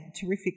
terrific